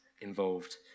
involved